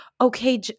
okay